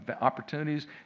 opportunities